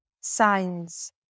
signs